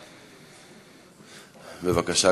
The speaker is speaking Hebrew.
בבקשה,